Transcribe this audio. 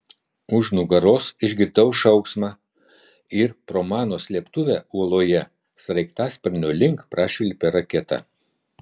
už nugaros išgirdau šauksmą ir pro mano slėptuvę uoloje sraigtasparnio link prašvilpė raketa